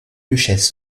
duchesse